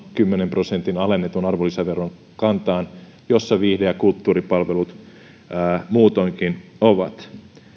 kymmenen prosentin alennetun arvonlisäveron kantaan jossa viihde ja kulttuuripalvelut muutoinkin ovat